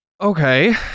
Okay